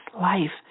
life